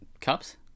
cups